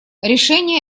решение